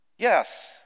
Yes